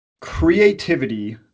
Creativity